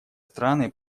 страны